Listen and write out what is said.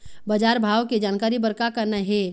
बजार भाव के जानकारी बर का करना हे?